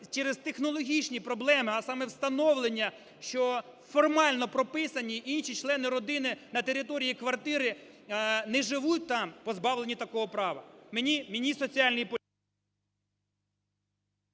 через технологічні проблеми, а саме встановлення, що формально прописані і інші члени родини на території квартири, не живуть там, позбавлені такого права.